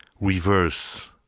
reverse